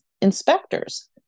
inspectors